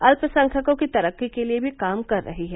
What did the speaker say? अल्पसंख्यकों की तरक्की के लिये भी काम कर रही है